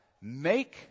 Make